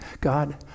God